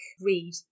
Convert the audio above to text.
read